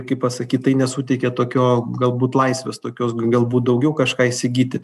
kaip pasakyt tai nesuteikia tokio galbūt laisvės tokios galbūt daugiau kažką įsigyti